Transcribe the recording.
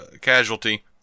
casualty